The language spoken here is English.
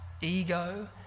ego